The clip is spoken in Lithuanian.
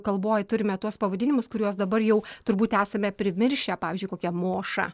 kalboj turime tuos pavadinimus kuriuos dabar jau turbūt esame primiršę pavyzdžiui kokia moša